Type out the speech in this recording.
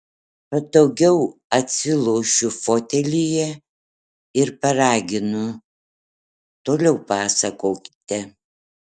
patogiau atsilošiu fotelyje ir paraginu toliau pasakokite